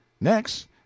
next